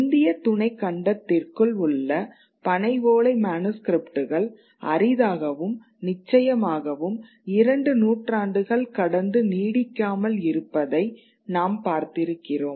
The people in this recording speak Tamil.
இந்திய துணைக் கண்டத்திற்குள் உள்ள பனை ஓலை மனுஸ்க்ரிப்ட்கள் அரிதாகவும் நிச்சயமாகவும் 2 நூற்றாண்டுகள் கடந்து நீடிக்காமல் இருப்பதை நாம் பார்த்திருக்கிறோம்